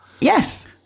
Yes